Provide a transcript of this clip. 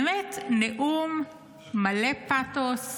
באמת, נאום מלא פתוס.